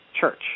Church